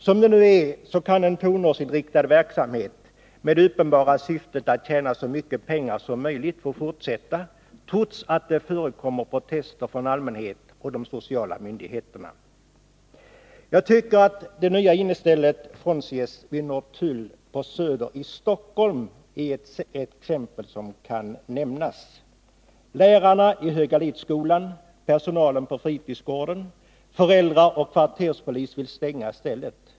Som det nu är kan en tonårsinriktad verksamhet med det uppenbara syftet att bara tjäna så mycket pengar som möjligt få fortsätta, trots att det förekommer protester från allmänheten och de sociala myndigheterna. Jag tycker att det nya innestället Fonzie's vid Hornstull på Söder i Stockholm är ett exempel som kan nämnas. Lärarna i Högalidsskolan, personalen på fritidsgården, föräldrar och kvarterspolis vill stänga stället.